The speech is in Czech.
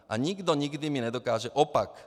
A nikdo nikdy mi nedokáže opak.